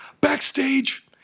Backstage